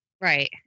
Right